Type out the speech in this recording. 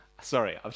Sorry